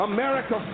America